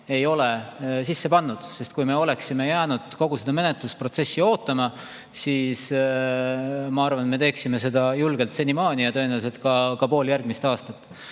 ei ole sisse pannud. Kui me oleksime jäänud kogu seda menetlusprotsessi ootama, siis me teeksime seda raudselt senimaani ja tõenäoliselt ka pool järgmist aastat.